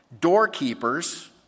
doorkeepers